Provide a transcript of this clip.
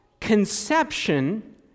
conception